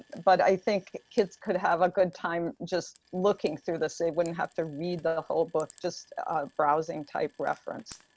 but i think kids could have a good time just looking through this. they wouldn't have to read the whole book, just browsing-type reference.